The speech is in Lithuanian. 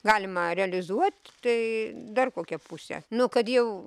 galima realizuot tai dar kokia pusė nu kad jau